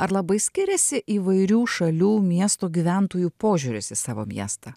ar labai skiriasi įvairių šalių miestų gyventojų požiūris į savo miestą